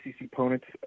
opponent's